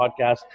podcast